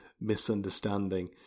misunderstanding